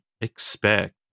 expect